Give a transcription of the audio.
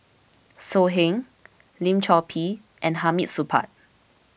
So Heng Lim Chor Pee and Hamid Supaat